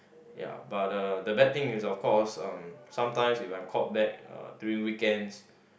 ya but uh the bad thing is of course uh sometimes if I'm called back uh during weekends